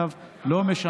אגב, לא משנה.